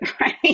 right